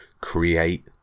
create